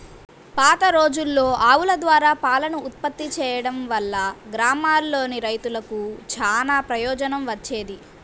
పాతరోజుల్లో ఆవుల ద్వారా పాలను ఉత్పత్తి చేయడం వల్ల గ్రామాల్లోని రైతులకు చానా ప్రయోజనం వచ్చేది